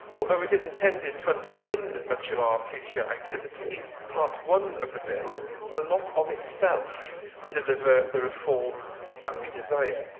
although it is intended to underpin much of our future activity, part one of the bill will not of itself deliver the reform that we desire.